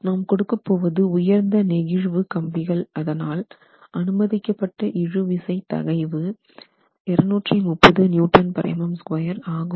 நாம் கொடுக்கப் போவது உயர்ந்த நெகிழ்வு கம்பிகள் அதனால் அனுமதிக்கப்பட்ட இழுவிசை தகைவு 230 MPa ஆகும்